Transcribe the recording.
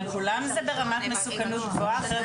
אבל כולן ברמת מסוכנות גבוהה.